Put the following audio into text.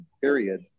period